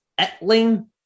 Etling